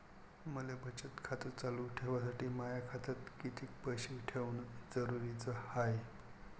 मले बचत खातं चालू ठेवासाठी माया खात्यात कितीक पैसे ठेवण जरुरीच हाय?